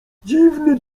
dziwny